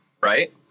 right